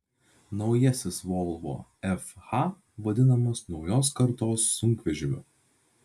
naujasis volvo fh vadinamas naujos kartos sunkvežimiu